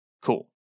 Cool